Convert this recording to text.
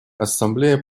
ассамблея